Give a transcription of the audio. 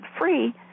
free